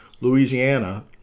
Louisiana